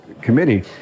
committee